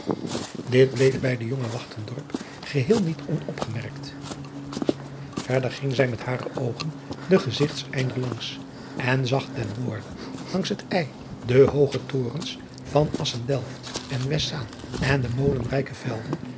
it bleef bij den jongen geheel niet onopgemerkt erder ging zij met hare oogen den gezigteinder langs en zag ten noorden langs het de hooge torens van ssendelft en estzaan en de molenrijke velden